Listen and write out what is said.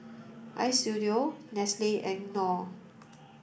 Istudio Nestle and Knorr